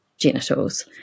genitals